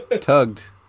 tugged